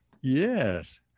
Yes